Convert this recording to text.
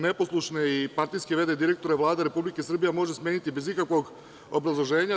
Neposlušne i partijske v.d. direktore Vlada Republike Srbije može smeniti bez ikakvog obrazloženja.